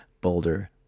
Boulder